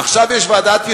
עכשיו יש ועדת יישום,